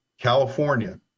California